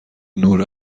نور